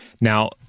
Now